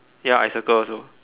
ya I circle also